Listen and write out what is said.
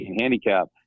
handicap